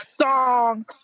song